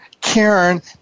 Karen